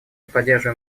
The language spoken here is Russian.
поддерживаем